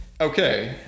Okay